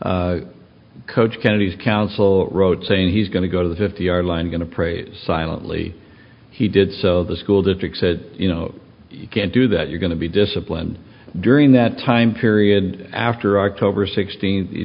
coach kennedy's counsel wrote saying he's going to go to the fifty yard line going to praise silently he did so the school district said you know you can't do that you're going to be disciplined during that time period after october sixteen